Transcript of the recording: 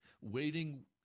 waiting